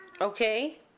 Okay